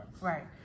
right